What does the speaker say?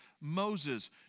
Moses